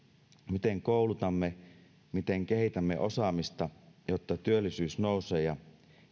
miten koulutamme miten kehitämme osaamista jotta työllisyys nousee ja